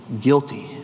Guilty